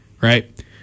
right